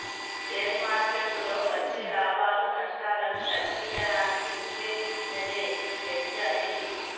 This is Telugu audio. షేర్ మార్కెట్టులో వచ్చే లాభాలు, నష్టాలను తగ్గించడానికి వుద్దేశించినదే యీ హెడ్జ్ అనేది